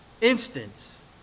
instance